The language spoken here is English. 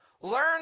Learn